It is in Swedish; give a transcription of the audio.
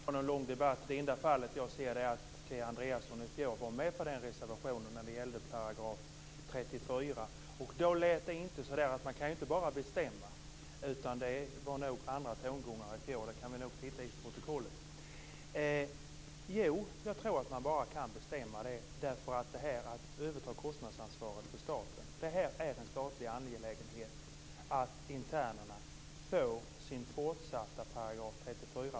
Fru talman! Jag skall inte ta någon lång debatt. Det enda fallet jag ser är att Kia Andreasson var med på reservationen om § 34 i fjol. Då var det inte någonting om att det inte går att bara bestämma. Det var andra tongångar i fjol - vi kan se i protokollet. Jag tror att man bara kan bestämma. Det är fråga om att överta kostnadsansvaret för staten. Det är en statlig angelägenhet att internerna får sin fortsatta